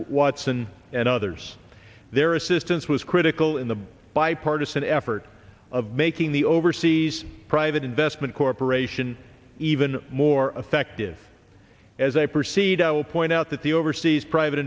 watson and others their assistance was critical in the bipartisan effort of making the overseas private investment corporation even more effective as i proceed i will point out that the overseas private